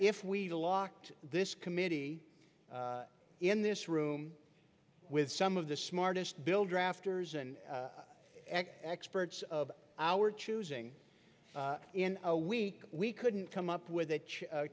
if we locked this committee in this room with some of the smartest bill drafters and experts of our choosing in a week we couldn't come up with a